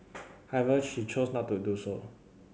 however she chose not to do so